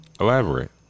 Elaborate